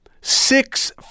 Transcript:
Six